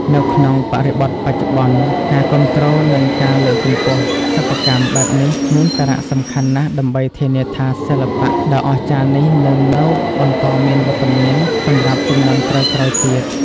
នៅក្នុងបរិបទបច្ចុប្បន្ន ការគាំទ្រនិងការលើកកម្ពស់សិប្បកម្មបែបនេះមានសារៈសំខាន់ណាស់ដើម្បីធានាថាសិល្បៈដ៏អស្ចារ្យនេះនឹងនៅបន្តមានវត្តមានសម្រាប់ជំនាន់ក្រោយៗទៀត។